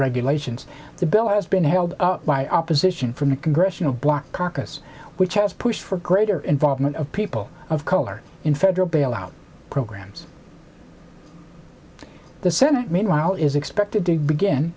regulations the bill has been held up by opposition from the congressional black caucus which has pushed for greater involvement of people of color in federal bailout programs the senate meanwhile is expected to begin